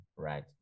Right